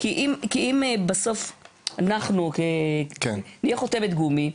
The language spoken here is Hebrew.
כי אם בסוף אנחנו נהיה חותמת גומי,